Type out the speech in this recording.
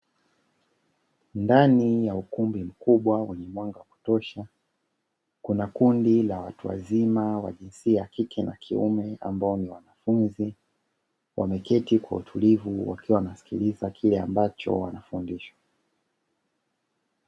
Ndani ya ukumbi mkubwa wenye mwanga wa kutosha, kuna kundi la watu wazima wa jinsia ya kike na kiume ambao ni wanafunzi wameketi kwa utulivu wakiwa wanasikiliza kile ambacho wanafundishwa.